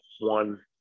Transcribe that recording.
one